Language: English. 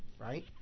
right